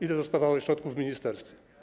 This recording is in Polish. Ile dostawało środków ministerstwo?